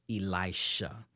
Elisha